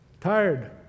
Tired